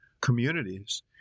communities